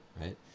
right